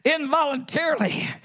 involuntarily